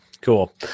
Cool